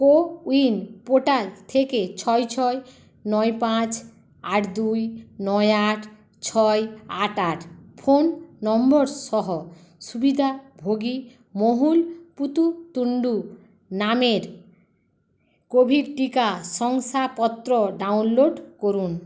CoWIN portal থেকে ছয় ছয় নয় পাঁচ আট দুই নয় আট ছয় আট আট ফোন নম্বর সহ সুবিধাভোগী মহুল পূততুণ্ড নামের কোভিড টিকা শংসাপত্র ডাউনলোড করুন